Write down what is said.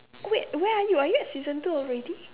wait where are you are you at season two already